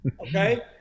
Okay